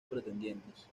pretendientes